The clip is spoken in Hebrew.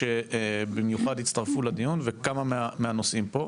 שבמיוחד הצטרפו לדיון וכמה מהנושאים פה.